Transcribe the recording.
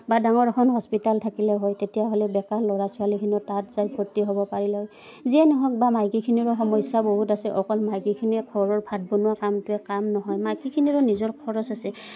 বা ডাঙৰ এখন হস্পিটাল থাকিলে হয় তেতিয়াহ'লে বেকাৰ ল'ৰা ছোৱালীখিনিত তাত যাই ভৰ্তি হ'ব যিয়ে নহওক বা মাইকীখিনিৰো সমস্যা বহুত আছে অকল মাইকীখিনিৰ ঘৰৰ ভাত বনোৱা কামটোৱে কাম নহয় মাইকীখিনিৰো নিজৰ খৰচ আছে